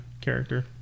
character